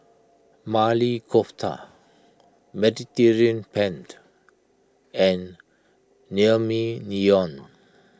Maili Kofta Mediterranean Pent and Naengmyeon